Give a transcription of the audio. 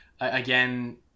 again